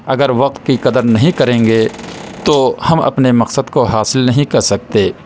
اگر وقت کی قدر نہیں کریں گے تو ہم اپنے مقصد کو حاصل نہیں کر سکتے